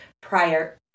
prior